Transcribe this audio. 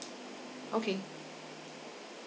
okay